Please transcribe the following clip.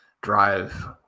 drive